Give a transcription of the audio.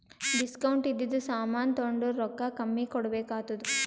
discount ಇದ್ದಿದು ಸಾಮಾನ್ ತೊಂಡುರ್ ರೊಕ್ಕಾ ಕಮ್ಮಿ ಕೊಡ್ಬೆಕ್ ಆತ್ತುದ್